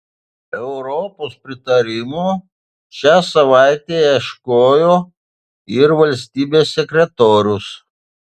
europos pritarimo šią savaitę ieškojo ir valstybės sekretorius